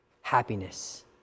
happiness